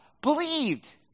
believed